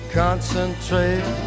concentrate